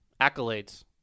Accolades